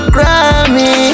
Grammy